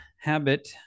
habit